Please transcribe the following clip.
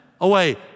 away